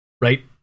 Right